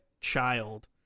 child